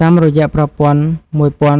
តាមរយៈប្រព័ន្ធ ១២៩